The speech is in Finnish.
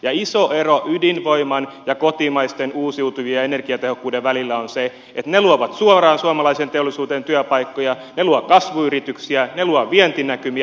ja iso ero ydinvoiman ja kotimaisten uusiutuvien energiatehokkuuden välillä on se että ne luovat suoraan suomalaiseen teollisuuteen työpaikkoja ne luovat kasvuyrityksiä ne luovat vientinäkymiä